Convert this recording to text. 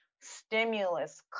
stimulus